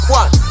one